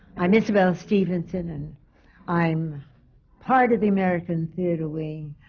i'm isabelle stevenson, and i'm part of the american theatre wing.